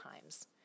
times